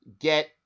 get